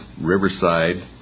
Riverside